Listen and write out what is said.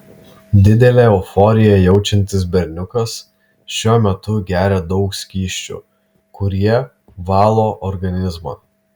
didelę euforiją jaučiantis berniukas šiuo metu geria daug skysčių kurie valo organizmą